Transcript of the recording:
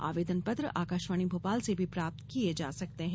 आवेदन पत्र आकाशवाणी भोपाल से भी प्राप्त किये जा सकते हैं